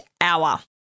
hour